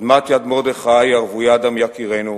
"אדמת יד-מרדכי, הרוויה דם יקירינו,